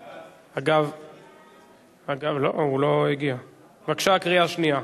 בבקשה, קריאה שנייה.